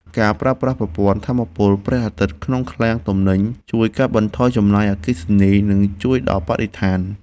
ការប្រើប្រាស់ប្រព័ន្ធថាមពលព្រះអាទិត្យក្នុងឃ្លាំងទំនិញជួយកាត់បន្ថយចំណាយអគ្គិសនីនិងជួយដល់បរិស្ថាន។